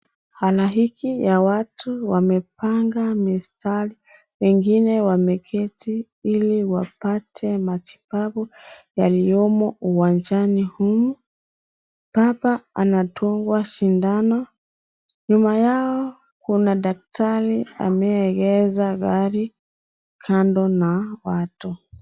Halaiki ya watu wamepanga mistari. Wengine wameketi ili wapate matibabu yaliyomo uwanjani humu. Baba anadungwa sindano. Nyuma yao kuna daktari anayeengeza gari kando na watu.